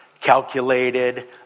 calculated